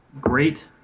Great